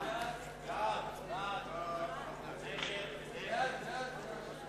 רע"ם-תע"ל לסעיף 1 לא